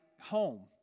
home